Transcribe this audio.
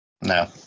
No